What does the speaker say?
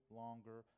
longer